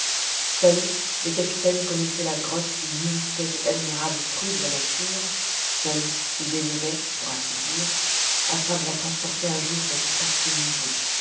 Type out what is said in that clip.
seul le capitaine connaissait la grotte où mûrissait cet admirable fruit de la nature seul il l'élevait pour ainsi dire afin de la transporter un jour dans son précieux musée